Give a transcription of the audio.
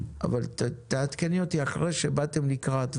תעדכני אותי אחרי שבאתם לקראת,